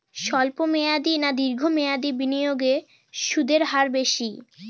স্বল্প মেয়াদী না দীর্ঘ মেয়াদী বিনিয়োগে সুদের হার বেশী?